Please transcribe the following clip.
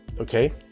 Okay